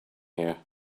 here